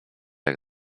jak